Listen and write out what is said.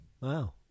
Wow